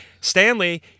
Stanley